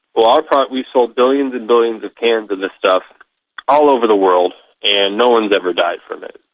well, um ah we sold billions and billions of cans of this stuff all over the world, and no one has ever died from it.